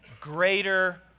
greater